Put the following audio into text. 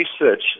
research